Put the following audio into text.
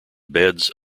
beds